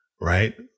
right